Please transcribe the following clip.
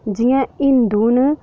जि'यां हिंदू न